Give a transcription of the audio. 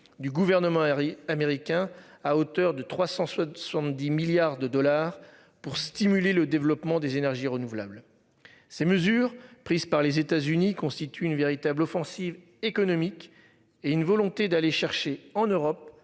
du gouvernement aérien américain à hauteur de 300 soit de 70 milliards de dollars pour stimuler le développement des énergies renouvelables. Ces mesures prises par les États-Unis constituent une véritable offensive économique. Et une volonté d'aller chercher en Europe